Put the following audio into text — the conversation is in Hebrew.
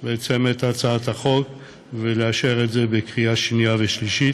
את הצעת החוק, ולאשר את זה בקריאה שנייה ושלישית.